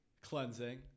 cleansing